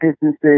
businesses